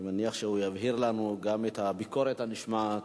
אני מניח שהוא יבהיר לנו גם את הביקורת הנשמעת,